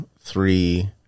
three